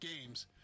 games